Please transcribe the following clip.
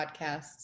podcasts